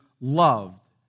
loved